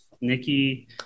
Nikki